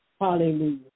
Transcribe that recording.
Hallelujah